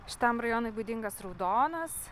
šitam rajonui būdingas raudonas